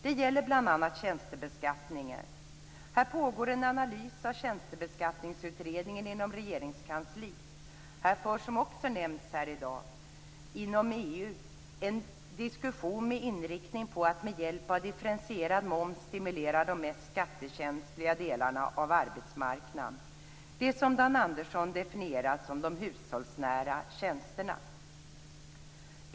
Det gäller bl.a. tjänstebeskattningen. Här pågår en analys av Tjänstebeskattningsutredningen inom Regeringskansliet, och här förs - som har nämnts här i dag - inom EU en diskussion med inriktning på att med hjälp av differentierad moms stimulera de mest skattekänsliga delarna av arbetsmarknaden - det som av Dan Andersson har definierats som de hushållsnära tjänsterna.